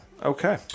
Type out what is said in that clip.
okay